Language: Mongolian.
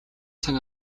цаг